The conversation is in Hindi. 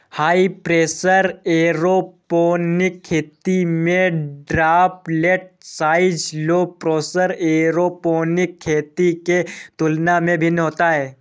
हाई प्रेशर एयरोपोनिक खेती में droplet size low pressure aeroponic खेती के तुलना में भिन्न होता है